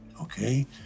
Okay